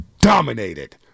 dominated